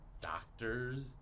doctors